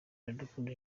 iradukunda